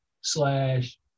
slash